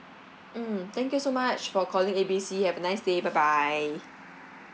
mm thank you so much for calling A B C have a nice day bye bye